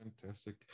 Fantastic